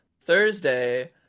Thursday